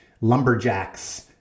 lumberjacks